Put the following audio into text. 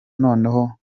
noneho